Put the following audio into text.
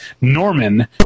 norman